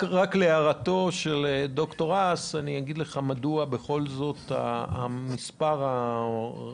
רק להערתו של ד"ר האס אני אגיד לך מדוע בכל זאת המספר האמיתי,